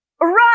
run